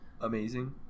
amazing